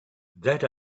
that